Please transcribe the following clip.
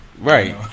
right